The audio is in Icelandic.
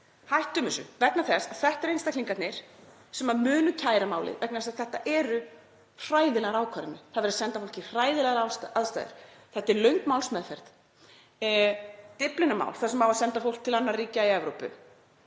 hættum þessu vegna þess að þetta eru einstaklingarnir sem munu kæra málið vegna þess að þetta eru hræðilegar ákvarðanir. Það er verið að senda fólk í hræðilegar aðstæður. Þetta er löng málsmeðferð. Dyflinnarmál, þar sem á að senda fólk til annarra ríkja í Evrópu,